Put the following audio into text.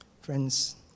Friends